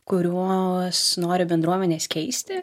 kuriuos nori bendruomenės keisti